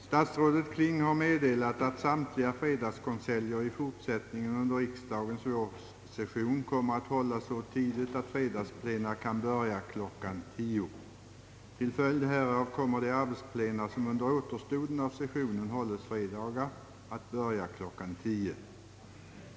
Statsrådet Kling har meddelat, ati samtliga fredagskonseljer i fortsättningen under riksdagens vårsession kommer att hållas så tidigt, att fredagsplena kan börja kl. 10.00. Till följd härav kommer de arbetsplena som under återstoden av sessionen hålles fredagar att börja kl. 10.00.